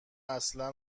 اصلا